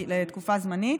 לתקופה זמנית.